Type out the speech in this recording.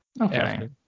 Okay